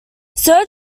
sir